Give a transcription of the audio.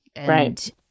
Right